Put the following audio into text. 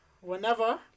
whenever